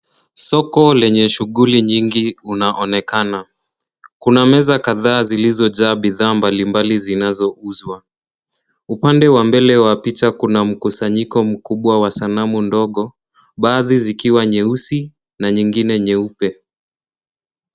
Soko lenye shughuli nyingi unaonekana. Kuna meza kadhaa zilizojaa bidhaa mbalimbali zinazouzwa. Upande wa mbele wa picha kuna mkusanyiko mkubwa wa sanamu ndogo baadhi zikiwa nyeusi na nyingine nyeupe.